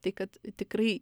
tai kad tikrai